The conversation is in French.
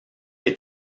est